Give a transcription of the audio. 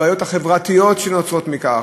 הבעיות החברתיות שנוצרות מכך,